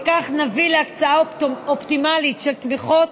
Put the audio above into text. וכך נביא להקצאה אופטימלית של תמיכות,